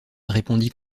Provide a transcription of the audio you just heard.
répondit